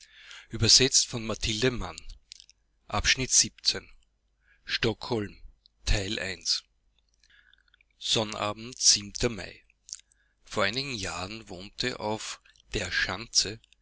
stockholm sonnabend zim mai vor einigen jahren wohnte auf der